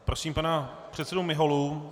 Prosím pana předsedu Miholu.